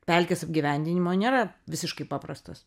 pelkės apgyvendinimo nėra visiškai paprastas